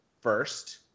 first